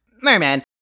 Merman